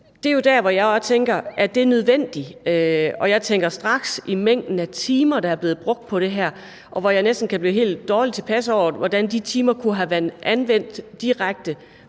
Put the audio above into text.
Det er der, hvor jeg tænker: Er det nødvendigt? Og jeg tænker straks på mængden af timer, der er blevet brugt på det her, hvor jeg næsten kan blive helt dårlig tilpas over, hvordan de timer i stedet for kunne have været anvendt direkte